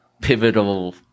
pivotal